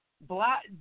black